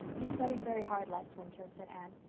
he studied very hard last winter, said anne.